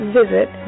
visit